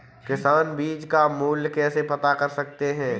किसान बीज का मूल्य कैसे पता कर सकते हैं?